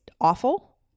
awful